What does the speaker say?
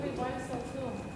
כתוב אברהים צרצור.